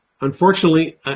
Unfortunately